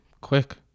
Quick